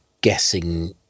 guessing